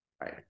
Right